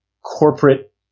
corporate